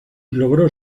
logró